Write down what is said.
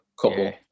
couple